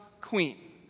queen